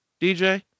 DJ